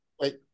Wait